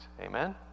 Amen